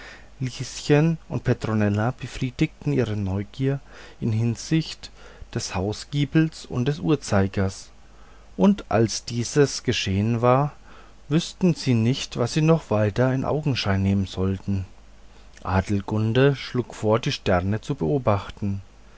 lieschen und petronella befriedigten ihre neugier in hinsicht des hausgiebels und des uhrzeigers und als dies geschehen war wüßten sie nicht was sie noch weiter in augenschein nehmen sollten adelgunde schlug vor die sterne zu beobachten